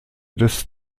des